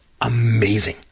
amazing